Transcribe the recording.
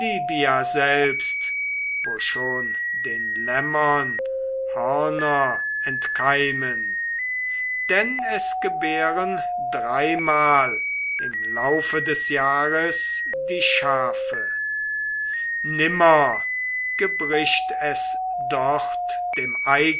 selbst wo schon den lämmern hörner entkeimen denn es gebären dreimal im laufe des jahres die schafe nimmer gebricht es dort dem